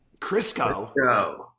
Crisco